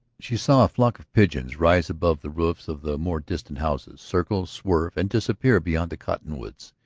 she saw a flock of pigeons rise above the roofs of the more distant houses, circle, swerve, and disappear beyond the cottonwoods.